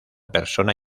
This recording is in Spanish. persona